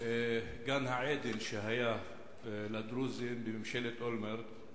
גן-העדן שהיה לדרוזים בממשלת אולמרט,